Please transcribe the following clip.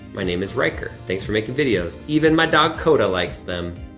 my name is ryker, thanks for making videos, even my dog, coda, likes them.